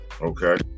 Okay